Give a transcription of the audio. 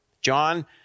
John